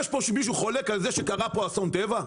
יש פה מישהו שחולק על זה שקרה פה אסון טבע?